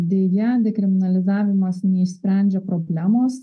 deja dekriminalizavimas neišsprendžia problemos